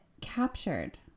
captured